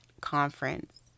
conference